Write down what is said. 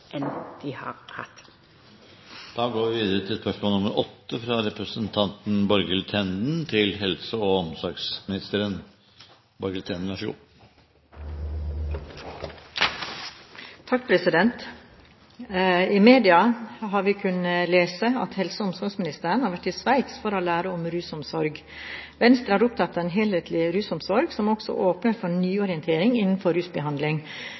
har hatt. «I media har vi kunnet lese at helse- og omsorgsministeren har vært i Sveits for å lære om rusomsorg. Venstre er opptatt av en helhetlig rusomsorg som også åpner for